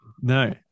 no